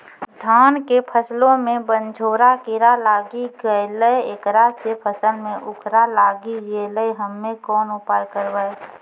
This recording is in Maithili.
धान के फसलो मे बनझोरा कीड़ा लागी गैलै ऐकरा से फसल मे उखरा लागी गैलै हम्मे कोन उपाय करबै?